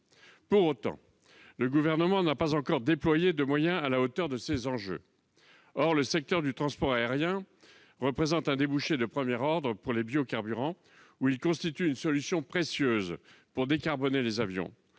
Pour autant, le Gouvernement n'a pas encore déployé de moyens à la hauteur de ces enjeux. Or le secteur du transport aérien représente un débouché de premier ordre pour les biocarburants. Ceux-ci constituent une solution précieuse pour décarboner les avions,